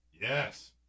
Yes